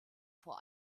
vor